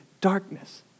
darkness